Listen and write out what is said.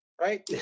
right